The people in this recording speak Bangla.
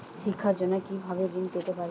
শিক্ষার জন্য কি ভাবে ঋণ পেতে পারি?